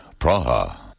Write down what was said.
Praha